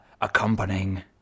accompanying